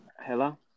Hello